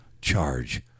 charge